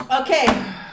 Okay